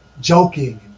joking